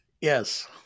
Yes